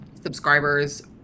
subscribers